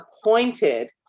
appointed